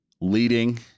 leading